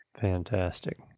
Fantastic